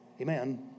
Amen